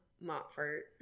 Montfort